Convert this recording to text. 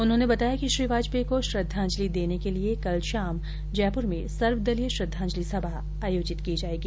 उन्होंने बताया कि श्री वाजपेयी को श्रद्वांजलि देने के लिए कल शाम सर्वदलीय श्रद्धांजलि सभा आयोजित की जायेगी